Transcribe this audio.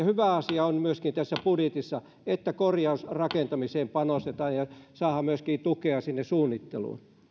hyvä asia on myöskin tässä budjetissa että korjausrakentamiseen panostetaan ja saadaan myöskin tukea sinne suunnitteluun